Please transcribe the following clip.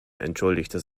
entschuldigte